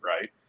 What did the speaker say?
right